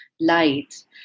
light